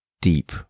deep